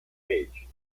age